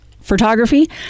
photography